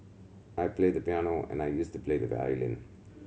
I play the piano and I used to play the violin